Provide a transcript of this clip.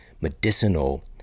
medicinal